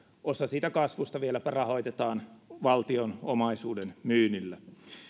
osa siitä kasvusta vieläpä rahoitetaan valtionomaisuuden myynnillä